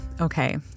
Okay